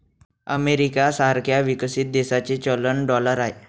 America सारख्या विकसित देशाचे चलन डॉलर आहे